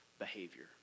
behavior